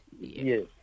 Yes